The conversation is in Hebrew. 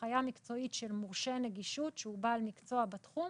הנחיה מקצועית של מורשה נגישות שהוא בעל מקצוע בתחום,